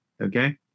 okay